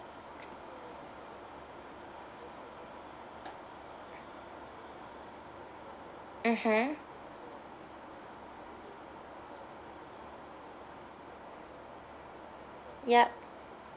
mmhmm ya